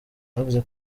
bavuze